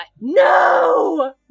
no